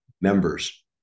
members